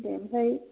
ए ओमफ्राय